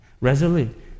Resolute